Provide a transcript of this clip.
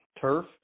turf